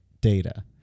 data